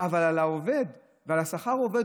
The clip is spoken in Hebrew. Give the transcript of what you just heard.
אבל על העובד ועל שכר העובד,